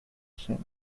scent